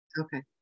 okay